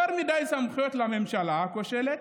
יותר מדי סמכויות לממשלה הכושלת,